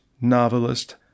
novelist